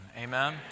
Amen